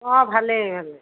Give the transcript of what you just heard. অঁ ভালেই ভালেই